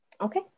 Okay